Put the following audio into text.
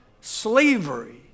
slavery